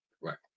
Right